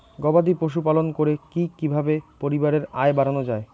গবাদি পশু পালন করে কি কিভাবে পরিবারের আয় বাড়ানো যায়?